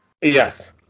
Yes